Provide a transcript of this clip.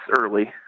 early